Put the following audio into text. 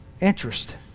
Interest